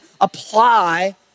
apply